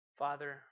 Father